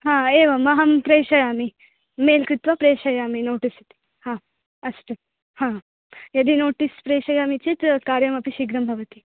हा एवम् अहं प्रेषयामि मेल् कृत्वा प्रेषयामि नोटीस् इति हा अस्तु हा यदि नोटीस् प्रेषयामि चेत् कार्यमपि शीघ्रं भवति